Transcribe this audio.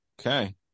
okay